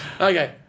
Okay